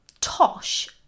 tosh